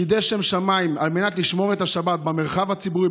קידש שם שמיים על מנת לשמור את השבת במרחב הציבורי,